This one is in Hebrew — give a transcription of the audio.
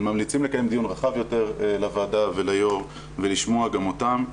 אנחנו ממליצים ליו"ר ולוועדה לקיים דיון רחב יותר ולשמוע גם אותן.